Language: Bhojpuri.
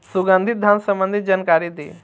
सुगंधित धान संबंधित जानकारी दी?